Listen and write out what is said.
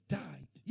died